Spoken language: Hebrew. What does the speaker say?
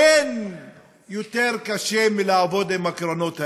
אין יותר קשה מלעבוד עם הקרנות האלה.